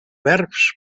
verbs